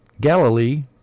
Galilee